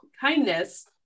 kindness